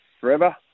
forever